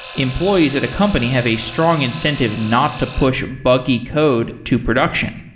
employees at a company have a strong incentive not to push buggy code to production,